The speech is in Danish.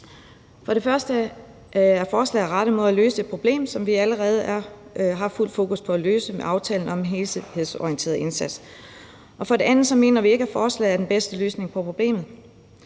For det første er forslaget rettet mod at løse et problem, som vi allerede har fuld fokus på at løse med aftalen om en helhedsorienteret indsats. Og for det andet mener vi ikke, at forslaget er den bedste løsning på problemet.